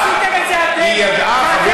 היא ידעה,